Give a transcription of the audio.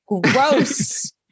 Gross